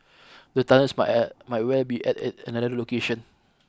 the tunnels might at might well be at a another location